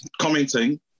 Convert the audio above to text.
commenting